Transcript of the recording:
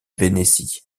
vénétie